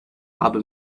habe